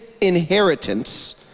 inheritance